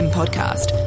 podcast